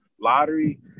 lottery